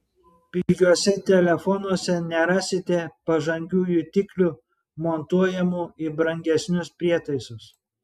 pigiuose telefonuose nerasite pažangių jutiklių montuojamų į brangesnius prietaisus